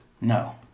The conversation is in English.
No